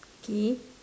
okay